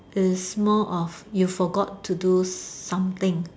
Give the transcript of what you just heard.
it's more of you forgot to do something